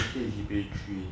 G_P_A three